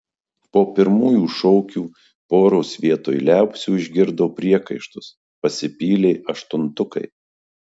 po pirmųjų šokių poros vietoj liaupsių išgirdo priekaištus pasipylė aštuntukai